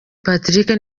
patrick